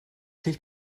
dich